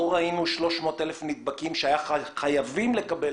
לא ראינו 300,000 נדבקים שהיו מחייבים לקבל